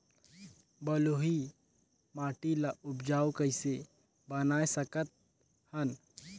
बलुही माटी ल उपजाऊ कइसे बनाय सकत हन?